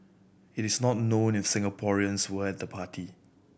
it is not known if Singaporeans were at the party